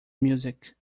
music